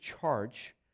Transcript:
charge